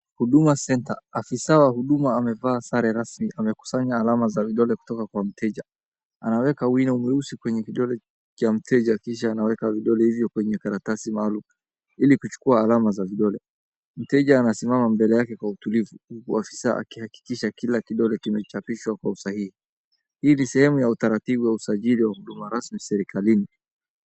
Huduma centre . Afisa wa huduma amevaa sare rasmi, amekusanya alama za vidole kutoka kwa mteja. Anaweka wino meusi kwenye kidole cha mteja kisha anaweka vidole hivyo kwenye karatasi maarufu ili kuchukua alama za vidole. Mteja anasimama mbele yake kwa utulivu, huku ofisa akihakikisha kila kidole kimechapishwa kwa usahihi. Hii ni sehemu ya utaratibu wa usajili wa huduma rasmi serikalini.